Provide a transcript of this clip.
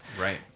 Right